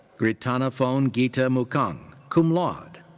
krittanaphon geeta mookkung, cum laude.